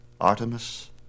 Artemis